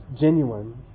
genuine